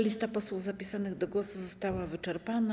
Lista posłów zapisanych do głosu została wyczerpana.